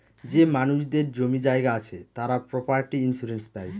যে মানুষদের জমি জায়গা আছে তারা প্রপার্টি ইন্সুরেন্স পাই